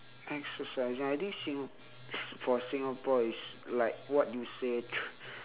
exercising I think sing~ for singapore it's like what you say